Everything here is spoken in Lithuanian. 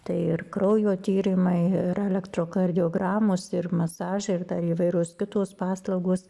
tai ir kraujo tyrimai ir elektrokardiogramos ir masažai ir dar įvairios kitos paslaugos